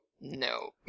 no